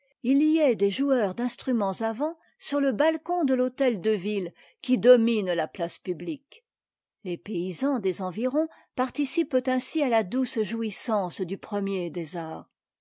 il y ait des joueurs d'instruments à vent sur le balcon de t'mtet de ville qui domine la place publique les paysans des environs participent ainsi à la douce jouissance du premier des arts